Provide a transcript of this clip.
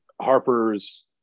Harper's